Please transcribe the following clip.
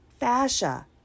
fascia